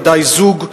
ודאי זוג,